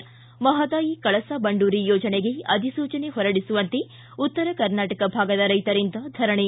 ಿ ಮಹದಾಯಿ ಕಳಸಾ ಬಂಡೂರಿ ಯೋಜನೆಗೆ ಅಧಿಸೂಚನೆ ಹೊರಡಿಸುವಂತೆ ಉತ್ತರ ಕರ್ನಾಟಕ ಭಾಗದ ರೈತರಿಂದ ಧರಣೆ